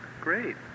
great